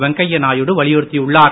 வெங்கைய நாயுடு வலியுறுத்தியுள்ளார்